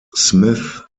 smith